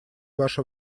ваше